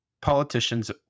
politicians